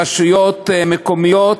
רשויות מקומיות,